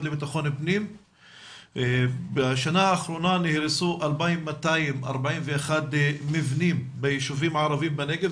לביטחון פנים בשנה האחרונה נהרסו 2,241 מבנים בישובים הערבים בנגב,